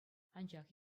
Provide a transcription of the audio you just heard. анчах